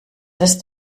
ist